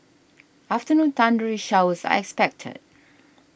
afternoon thundery showers expected